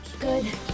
Good